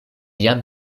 jam